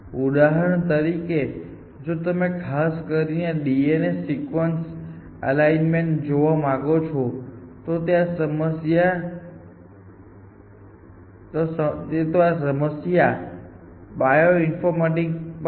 ઉદાહરણ તરીકે જો તમે ખાસ કરીને DNA સિક્વન્સ અલાઇન્મેન્ટ જોવા માંગો છો તો આ સમસ્યા બાયોઇન્ફોર્મેટિક્સમાં છે